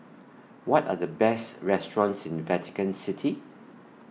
What Are The Best restaurants in Vatican City